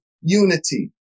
unity